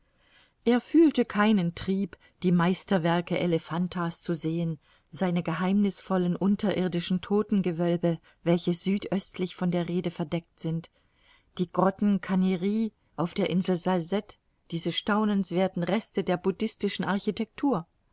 er fühlte keinen trieb die meisterwerke elephantas zu sehen seine geheimnißvollen unterirdischen todtengewölbe welche südöstlich von der rhede verdeckt sind die grotten kanherie auf der insel salsette diese staunenswerthen reste der buddhistischen architektur